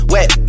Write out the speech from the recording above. Wet